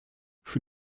für